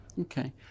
Okay